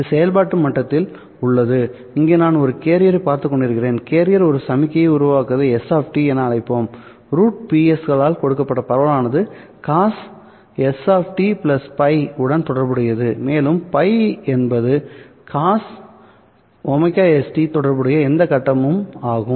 இது செயல்பாட்டு மட்டத்தில் உள்ளது அங்கு நான் ஒரு கேரியர் பார்த்துக் கொண்டிருக்கிறேன்கேரியர் ஒரு சமிக்ஞையை உருவாக்குவதை s என அழைப்போம்√Ps களால் கொடுக்கப்பட்ட பரவலானது cos st ϕ உடன் தொடர்புடையது மேலும் ϕ என்பது cos ωs தொடர்புடைய எந்த கட்டமும் ஆகும்